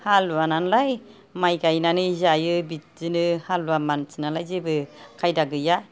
हालुवा नालाय माइ गायनानै जायो बिदिनो हालुवा मानसि नालाय जेबो खायदा गैया